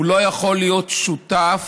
הוא לא יכול להיות שותף